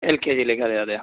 L K ജിയിലേക്ക് അതെ അതെ